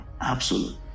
Absolute